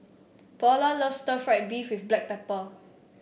Paola loves Stir Fried Beef with Black Pepper